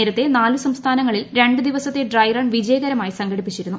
നേരത്തെ നാല് സംസ്ഥാനങ്ങളിൽ രണ്ട് ദിവസത്തെ ഡ്രൈറൺ വിജയകരമായി സംഘടിപ്പിച്ചിരുന്നു